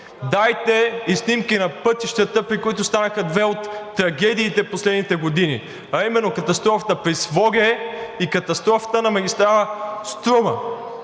дайте снимки на пътищата, при които станаха две от трагедиите в последните години, а именно катастрофата при Своге и катастрофата на магистрала „Струма“.